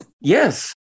Yes